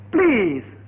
Please